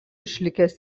išlikęs